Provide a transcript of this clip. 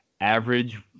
average